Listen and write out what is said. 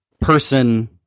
person